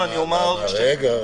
למה?